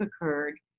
occurred